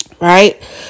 Right